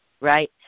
right